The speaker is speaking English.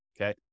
okay